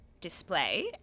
display